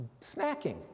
snacking